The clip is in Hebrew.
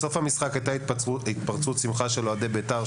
בסוף המשחק היתה התפרצות שמחה של אוהדי בית"ר,